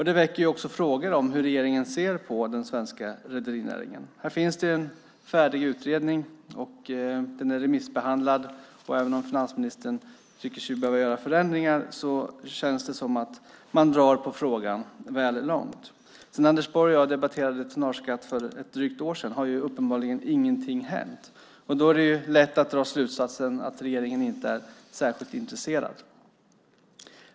Det väcker också frågor om hur regeringen ser på den svenska rederinäringen. Det finns en färdig utredning. Den är remissbehandlad. Även om finansministern tycker sig behöva göra förändringar känns det som att man drar på frågan väl långt. Sedan Anders Borg och jag debatterade tonnageskatt för drygt ett år sedan har uppenbarligen ingenting hänt. Det är lätt att dra slutsatsen att regeringen inte är särskilt intresserad.